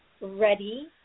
ready